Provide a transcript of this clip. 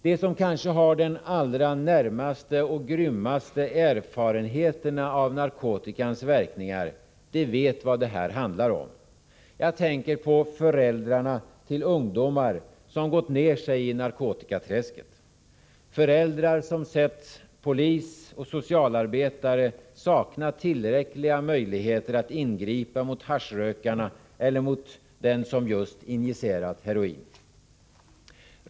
De som kanske har de allra närmaste och grymmaste erfarenheterna av narkotikans verkningar, de vet vad det handlar om. Jag tänker på föräldrarna till ungdomar som gått ner sig i narkotikaträsket, föräldrar som sett polis och socialarbetare sakna tillräckliga möjligheter att ingripa mot haschrökarna eller mot den som just injicerat heroin.